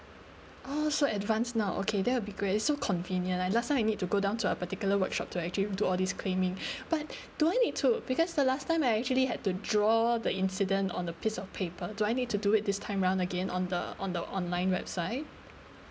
oh so advance now okay that will be great so convenient leh last time I need to go down to a particular workshop to actually do all this claiming but do I need to because the last time I actually had to draw the incident on a piece of paper do I need to do it this time round again on the on the online website